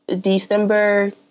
December